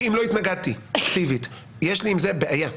כי אם לא התנגדתי אקטיבית יש לי עם זה בעיה קשה.